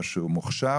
או שהוא מוכשר,